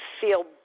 feel